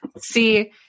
See